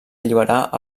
alliberar